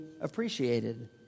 appreciated